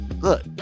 Look